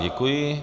Děkuji.